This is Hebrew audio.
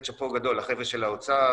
שאפו גדול לחבר'ה של האוצר,